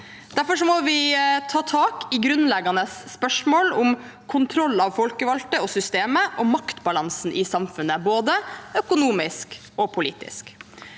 Derfor må vi ta tak i grunnleggende spørsmål om kontroll av folkevalgte og systemet og maktbalansen i samfunnet, både økonomisk og politisk.